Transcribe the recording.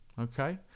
okay